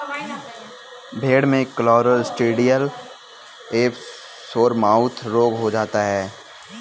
भेड़ में क्लॉस्ट्रिडियल एवं सोरमाउथ रोग हो जाता है